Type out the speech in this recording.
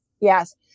Yes